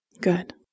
Good